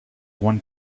one